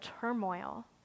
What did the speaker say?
turmoil